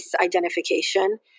identification